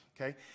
Okay